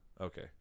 Okay